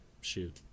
shoot